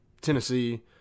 Tennessee